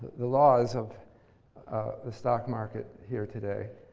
the laws of the stock market here today.